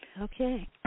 Okay